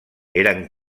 eren